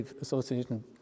Association